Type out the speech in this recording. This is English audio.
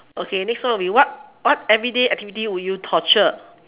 okay next one will be what what everyday activity will you tortured